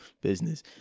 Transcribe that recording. business